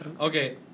Okay